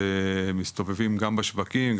מסתובבים גם בשווקים,